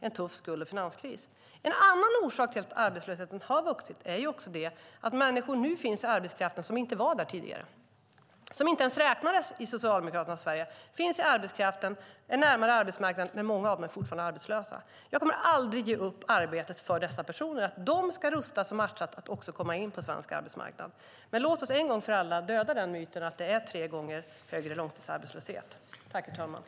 En annan orsak till att arbetslösheten har vuxit är att det nu finns människor i arbetskraften som inte var där tidigare. Människor som inte räknades i Socialdemokraternas Sverige finns i arbetskraften. De är närmare arbetsmarknaden, men många av dem är fortfarande arbetslösa. Jag kommer aldrig att ge upp arbetet för dessa personer. De ska rustas och matchas för att komma in på svensk arbetsmarknad. Men låt oss en gång för alla döda myten att det är tre gånger högre långtidsarbetslöshet i dag.